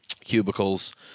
cubicles